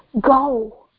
Go